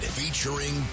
featuring